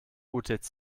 utz